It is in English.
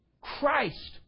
Christ